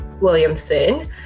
Williamson